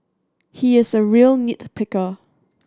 he is a real nit picker